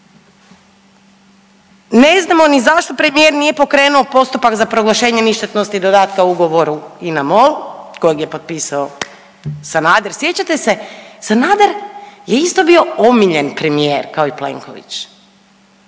Ne znamo ni zašto premijer nije pokrenuo postupak za proglašenje ništetnosti dodatka ugovoru INA – MOL kojeg je potpisao Sanader. Sjećate se Sanader je isto bio omiljen premijer kao i Plenković,